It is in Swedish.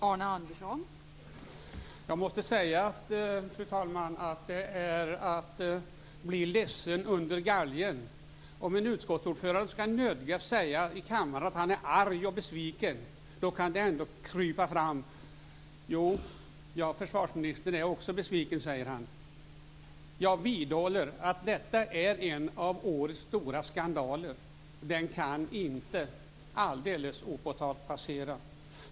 Fru talman! Jag måste säga att det är att bli ledsen under galgen. Om en utskottsordförande i kammaren skall nödgas säga att han är arg och besviken, då kan det ändå krypa fram. Försvarsministern är också besviken, säger han. Jag vidhåller att detta är en av årets stora skandaler. Den kan inte passera helt opåtalad.